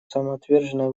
самоотверженное